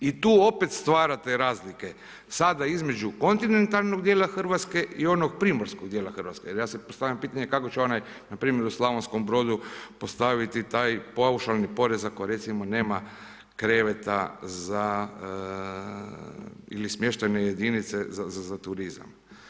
I tu opet stvarate razlike, sada između kontinentalnog dijela Hrvatske i onog primorskog dijela Hrvatske jer ja sada postavljam pitanje kako će onaj npr. u Slavonskom Brodu postaviti taj paušalni porez ako recimo nema kreveta za ili smještajne jedinice za turizam.